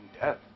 death